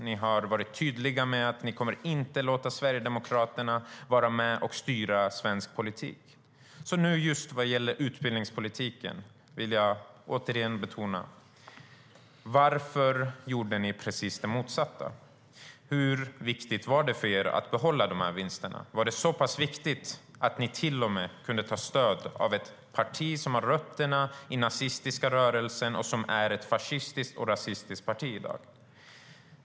Ni har varit tydliga med att ni inte kommer att låta Sverigedemokraterna vara med och styra svensk politik. Nu gäller det utbildningspolitiken, och jag vill återigen betona detta. Men varför gjorde ni då precis det motsatta? Hur viktigt var det för er att behålla de här vinsterna? Var det så pass viktigt att ni till och med kunde ta stöd av ett parti som har rötterna i den nazistiska rörelsen och som i dag är ett fascistiskt och rasistiskt parti?